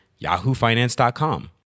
yahoofinance.com